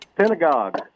Synagogue